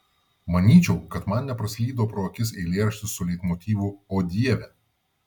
manyčiau kad man nepraslydo pro akis eilėraštis su leitmotyvu o dieve